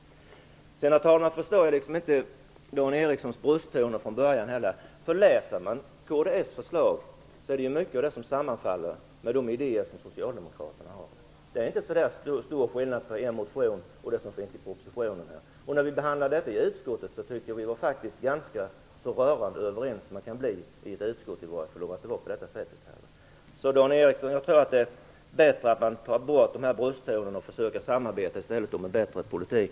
Jag förstår inte riktigt Dan Ericssons påstående. Läser man kds förslag sammanfaller det i många stycken med de idéer som socialdemokraterna har. Det är inte så stor skillnad mellan er motion och det som står i propositionen. När vi behandlade detta i utskottet tyckte jag att vi var ganska så rörande överens som man kan bli i ett utskott. Så, Dan Ericsson, jag tror att det är bättre om man försöker att samarbeta om en bättre politik.